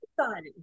Exciting